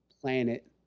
planet